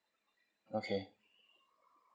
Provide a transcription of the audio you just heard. okay